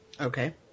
Okay